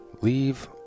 Leave